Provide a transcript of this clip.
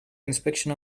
inspection